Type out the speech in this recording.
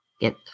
get